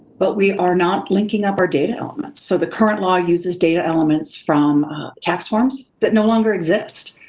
but we are not linking up our data elements. so, the current law uses data elements from tax forms that no longer exist.